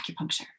acupuncture